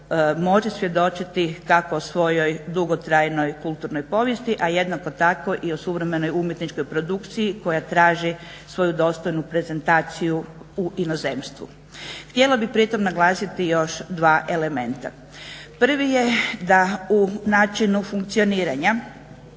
može svjedočiti kako o svojoj dugotrajnoj kulturnoj povijesti, a jednako tako i o suvremenoj umjetničkoj produkciji koja traži svoju dostojnu prezentaciju u inozemstvu. Htjela bih pritom naglasiti još dva elementa. Prvi je da u načinu funkcioniranja